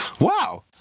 Wow